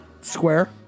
Square